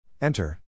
Enter